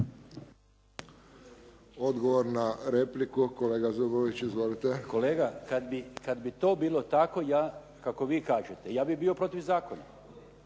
Odgovor na repliku, kolega Zubović. Izvolite. **Zubović, Mario (HDZ)** Kolega, kad bi to bilo tako ja kako vi kažete ja bih bio protiv zakona.